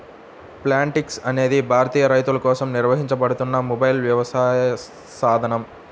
Plantix అనేది భారతీయ రైతులకోసం నిర్వహించబడుతున్న మొబైల్ వ్యవసాయ సాధనం